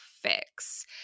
Fix